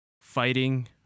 fighting